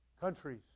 countries